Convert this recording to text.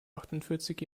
achtundvierzig